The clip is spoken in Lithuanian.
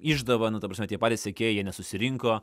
išdava nu ta prasme tie patys sekėjai jie nesusirinko